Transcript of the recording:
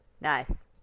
Nice